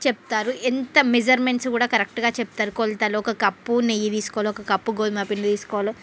చెప్తారు ఎంత మెజర్మెంట్స్ కూడా కరెక్ట్గా చెప్తారు కొలతలు ఒక కప్పు నెయ్యి తీసుకోవాలి ఒక కప్పు గోధుమపిండి తీసుకోవాలి